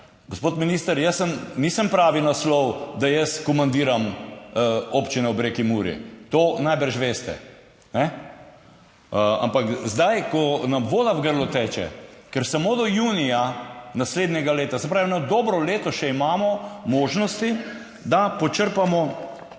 Gospod minister, jaz nisem pravi naslov, da jaz komandiram občine ob reki Muri. To najbrž veste. Kajne? Ampak zdaj, ko nam voda v grlu teče, ker samo do junija naslednjega leta, se pravi, eno dobro leto še imamo možnosti, da počrpamo